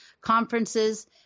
conferences